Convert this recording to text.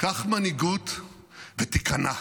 קח מנהיגות ותיכנע.